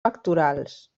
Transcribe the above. pectorals